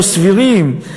לא סבירים.